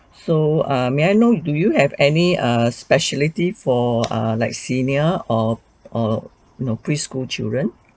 so err may I know do you have any err speciality for err like senior or or you know pre-school children